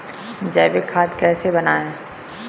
जैविक खाद कैसे बनाएँ?